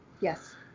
Yes